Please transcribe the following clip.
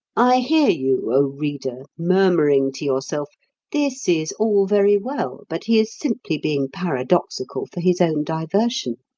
i hear you, o reader, murmuring to yourself this is all very well, but he is simply being paradoxical for his own diversion.